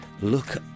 look